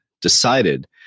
decided